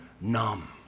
numb